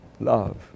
love